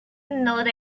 not